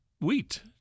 wheat